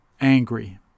angry